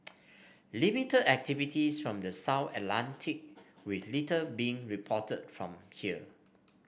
limited activities from the South Atlantic with little being reported from here